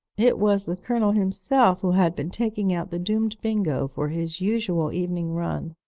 it was the colonel himself, who had been taking out the doomed bingo for his usual evening run.